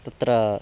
तत्र